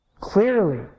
clearly